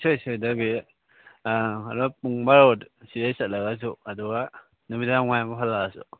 ꯏꯁꯣꯏ ꯁꯣꯏꯗꯕꯤ ꯑꯗꯣ ꯄꯨꯡ ꯕꯥꯔꯣꯗ ꯁꯤꯗꯩ ꯆꯠꯂꯒꯁꯨ ꯑꯗꯨꯒ ꯅꯨꯃꯤꯗꯥꯡ ꯋꯥꯏꯔꯝ ꯍꯜꯂꯛꯑꯁꯨ